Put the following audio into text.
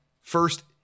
first